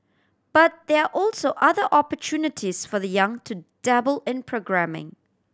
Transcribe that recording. but there are also other opportunities for the young to dabble in programming